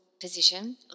position